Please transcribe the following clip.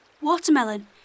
Watermelon